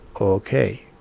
okay